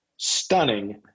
stunning